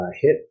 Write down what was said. hit